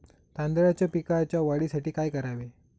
तांदळाच्या पिकाच्या वाढीसाठी काय करावे?